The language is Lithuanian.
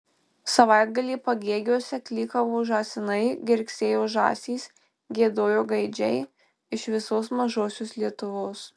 savaitgalį pagėgiuose klykavo žąsinai girgsėjo žąsys giedojo gaidžiai iš visos mažosios lietuvos